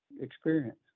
experience